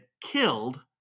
killed